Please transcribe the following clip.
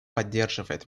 поддерживает